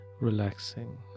relaxing